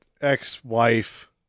ex-wife